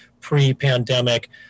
pre-pandemic